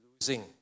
losing